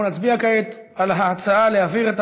אנחנו נצביע כעת על ההצעה להעביר את